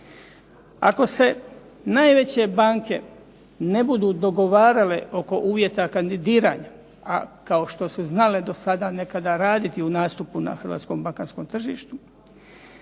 Ako se najveće banke ne budu dogovarale oko uvjeta kandidiranja, a kao što su znale do sada nekada raditi u nastupu na hrvatskom bankarskom tržištu,